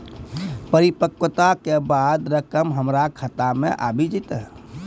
परिपक्वता के बाद रकम हमरा खाता मे आबी जेतै?